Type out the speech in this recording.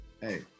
Hey